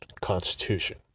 constitution